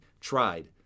tried